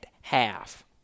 half